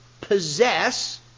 possess